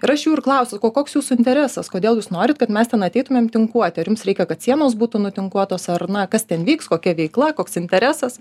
ir aš jų ir klausiu sakau o koks jūsų interesas kodėl jūs norit kad mes ten ateitumėm tinkuoti ar jums reikia kad sienos būtų nutinkuotos ar na kas ten vyks kokia veikla koks interesas